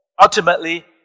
ultimately